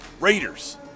Raiders